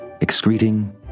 excreting